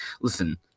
Listen